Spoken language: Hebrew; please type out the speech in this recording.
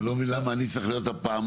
אני לא מבין למה אני צריך להיות הפעמון